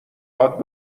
هات